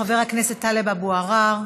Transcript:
חבר הכנסת טלב אבו עראר,